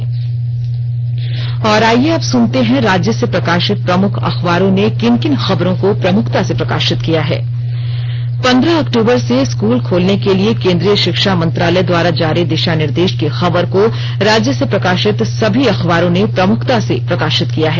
अब अखबारों की सुर्खियां और आईये अब सुनते हैं राज्य से प्रकाशित प्रमुख अखबारों ने किन किन खबरों को प्रमुखता से प्रकाशित किया है पंद्रह अक्टूबर से स्कूल खोलने के लिए केंद्रीय शिक्षा मंत्रालय द्वारा जारी दिशा निर्देश की खबर को राज्य से प्रकाशित सभी अखबारों ने प्रमुखता से प्रकाशित किया है